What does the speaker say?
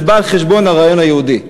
זה בא על חשבון הרעיון היהודי.